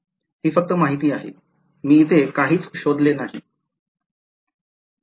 हि फक्त माहिती आहे मी इथे काहीच शोधले नाही